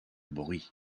bruit